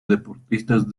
deportistas